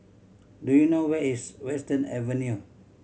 do you know where is Western Avenue